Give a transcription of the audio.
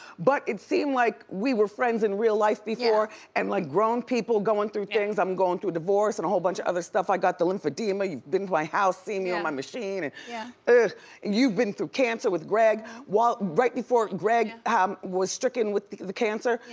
but it seemed like we were friends in real life before and like grown people going through things. i'm going through divorce and a whole bunch of other stuff, i got the lymphedema, you've been to my house, seen yeah my machine. yeah you've been through cancer with greg, right before greg um was stricken with the cancer,